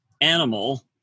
animal